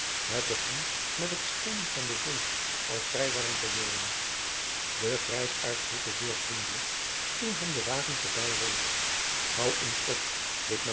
het begon met het schijnen van de zon al vrij warm te worden de grijsaard groette zeer vriendelijk toen hem de wagen voorbijreed houd eens op riep